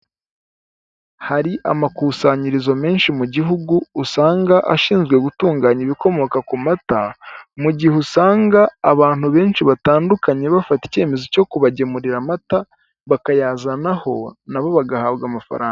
Hari amakusanyirizo menshi mu gihugu usanga ashinzwe gutunganya ibikomoka ku mata, mu gihe usanga abantu benshi batandukanye bafata icyemezo cyo kubagemurira amata bakayazanaho nabo bagahabwa amafaranga.